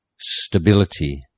stability